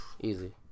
easy